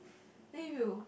then if you